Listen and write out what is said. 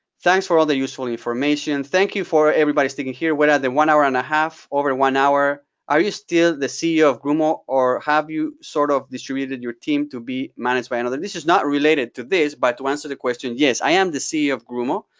thanks for all the useful information. thank you for everybody sticking here. we're at the one hour and a half, over one hour. are you still the ceo of grumo or have you sort of distributed your team to be managed by another? this is not related to this, but to answer the question. yes, i am the ceo of grumo,